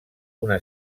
una